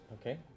Okay